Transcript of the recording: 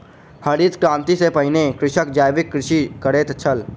हरित क्रांति सॅ पहिने कृषक जैविक कृषि करैत छल